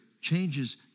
changes